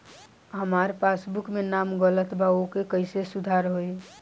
हमार पासबुक मे नाम गलत बा ओके कैसे सुधार होई?